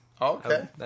okay